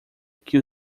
que